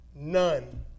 None